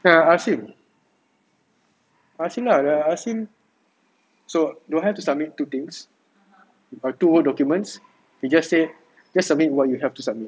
then I ask him I ask him lah like I ask him so do I have to submit two things or two documents you just say just submit what you have to submit